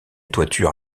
toiture